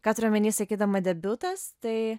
ką turiu omeny sakydama debiutas tai